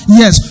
yes